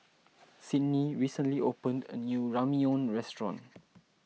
Sidney recently opened a new Ramyeon restaurant